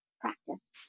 practice